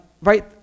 right